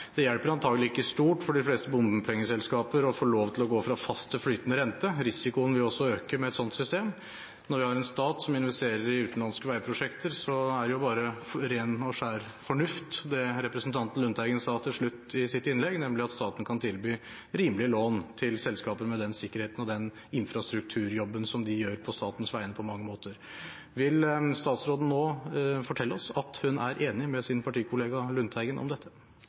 Det hjelper antakelig ikke stort for de fleste bompengeselskaper å få lov til å gå fra fast til flytende rente. Risikoen vil også øke med et slikt system. Når man har en stat som investerer i utenlandske veiprosjekter, er det bare ren og skjær fornuft det representanten Lundteigen sa til slutt i sitt innlegg, nemlig at staten kan tilby rimelige lån til selskapene, med den infrastrukturjobben som de på mange måter gjør på statens vegne. Vil statsråden nå fortelle oss at hun er enig med sin partikollega Lundteigen i dette?